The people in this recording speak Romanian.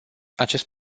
acest